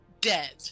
dead